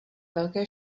velké